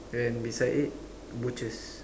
then beside it butchers